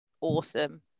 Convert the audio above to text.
awesome